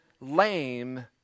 lame